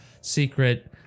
secret